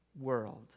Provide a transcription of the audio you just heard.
world